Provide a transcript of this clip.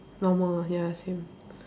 normal ya same